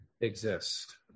exist